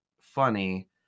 funny